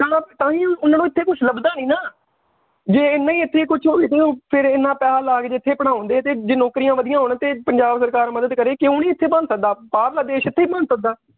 ਤਾਂ ਤਾਂਹੀ ਉਹਨਾਂ ਨੂੰ ਇੱਥੇ ਕੁਛ ਲੱਭਦਾ ਨਹੀਂ ਨਾ ਜੇ ਇੰਨੇ ਹੀ ਇੱਥੇ ਕੁਛ ਇਹਨੂੰ ਫਿਰ ਇੰਨਾ ਪੈਸਾ ਲਾ ਕੇ ਜੇ ਇੱਥੇ ਪੜ੍ਹਾਉਂਦੇ ਅਤੇ ਜੇ ਨੌਕਰੀਆਂ ਵਧੀਆ ਹੋਣ ਅਤੇ ਪੰਜਾਬ ਸਰਕਾਰ ਮਦਦ ਕਰੇ ਕਿਉਂ ਨਹੀਂ ਇੱਥੇ ਬਣ ਸਕਦਾ ਬਾਹਰਲਾ ਦੇਸ਼ ਇੱਥੇ ਹੀ ਬਣ ਸਕਦਾ